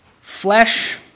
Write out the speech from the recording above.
flesh